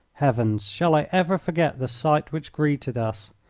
heavens! shall i ever forget the sight which greeted us?